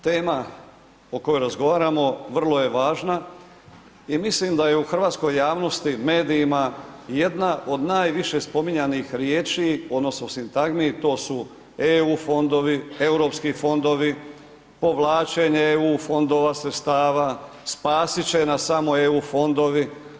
Tema o kojoj razgovaramo vrlo je važna i mislim da je u hrvatskoj javnosti, medijima, jedna od najviše spominjanih riječi odnosno sintagmi, to su EU fondovi, Europski fondovi, povlačenje EU fondova, sredstava, spasit će nas samo EU fondovi.